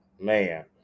man